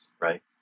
right